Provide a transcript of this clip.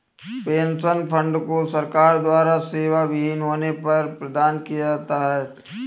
pension fund को सरकार द्वारा सेवाविहीन होने पर प्रदान किया जाता है